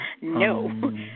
No